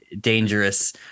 dangerous